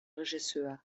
regisseur